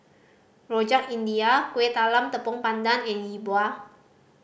Rojak India Kueh Talam Tepong Pandan and Yi Bua